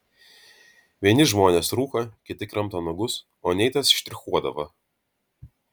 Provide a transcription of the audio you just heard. vieni žmonės rūko kiti kramto nagus o neitas štrichuodavo